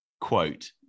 quote